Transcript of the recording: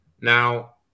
Now